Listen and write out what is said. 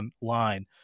online